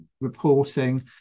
reporting